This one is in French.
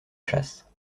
chasse